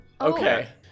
Okay